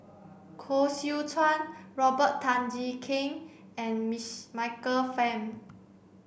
Koh Seow Chuan Robert Tan Jee Keng and Michael Fam